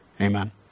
Amen